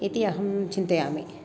इति अहं चिन्तयामि